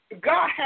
God